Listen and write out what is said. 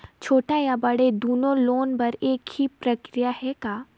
छोटे या बड़े दुनो लोन बर एक ही प्रक्रिया है का?